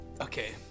Okay